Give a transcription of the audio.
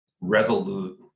resolute